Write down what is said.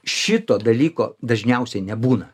šito dalyko dažniausiai nebūna